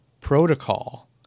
protocol